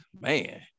man